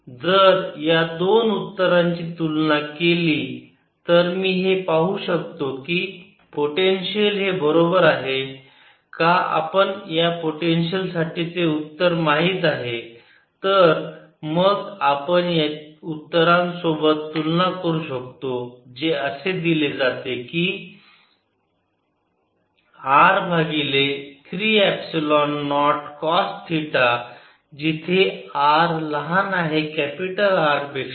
जर या दोन उत्तरांची तुलना केली तर मी हे पाहू शकतो की पोटेन्शियल हे बरोबर आहे का आपण या पोटेन्शिअल साठी चे उत्तर माहित आहे तर मग आपण याची त्या उत्तरानसोबत तुलना करु शकतो जे असे दिले जाते की r भागिले 3 एपसिलोन नॉट कॉस थिटा जिथे r लहान आहे कॅपिटल R पेक्षा